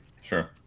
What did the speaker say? Sure